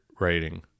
writing